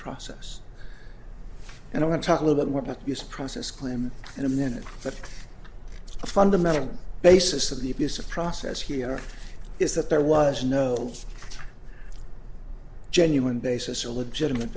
process and i want to talk a little bit more about use process claim in a minute but the fundamental basis of the abuse of process here is that there was no genuine basis or a legitimate